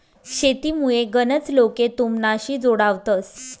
शेतीमुये गनच लोके तुमनाशी जोडावतंस